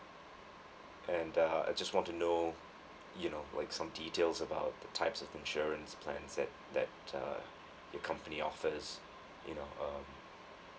and uh I just want to know you know like some details about the types of insurance plans that that uh your company offers you know um